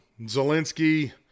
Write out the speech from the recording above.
Zelensky